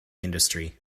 industry